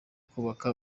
kubaka